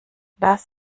das